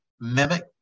mimic